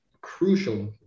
crucial